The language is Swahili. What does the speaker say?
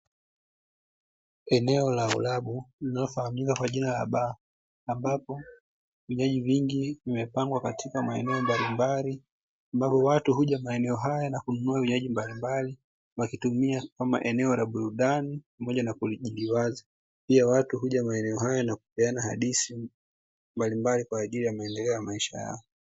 Eneo la ulabu linalofahamika kwa jina la baa, ambapo vinywaji vingi vimepangwa katika maeneo mbalimbali, ambapo watu huja maeneo haya na kununua vinywaji mbalimbali wakitumia kama eneo la burudani, pamoja na kujiliwaza, pia watu huja maeneo haya na kupeana hadithi dhidi ya mbalimbali kwa ajili ya maendeleo ya maisha yao.